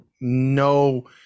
no